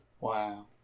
Wow